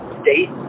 state